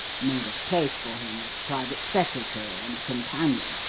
made a place for him as private secretary and companion,